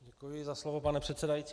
Děkuji za slovo, pane předsedající.